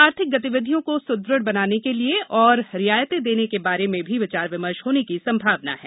आर्थिक गतिविधियों को स्दृढ़ बनाने के लिए और रियायतें देने के बारे में भी विचार विमर्श होने की संभावना है